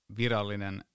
virallinen